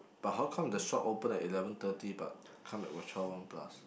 but how come the shop open at eleven thirty but come at twelve one plus